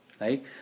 right